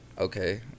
Okay